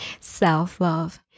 self-love